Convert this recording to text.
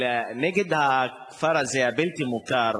נגד הכפר הבלתי-מוכר הזה,